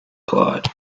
clyde